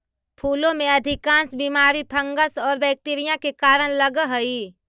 फूलों में अधिकांश बीमारी फंगस और बैक्टीरिया के कारण लगअ हई